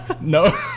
No